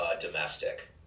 domestic